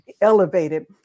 elevated